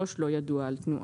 לא ידוע על תנועה.